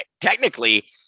technically